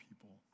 people